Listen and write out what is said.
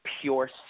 pure